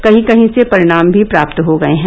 कही कही से परिणाम भी प्राप्त हो गये हैं